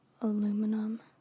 Aluminum